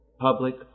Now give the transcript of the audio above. Public